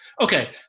Okay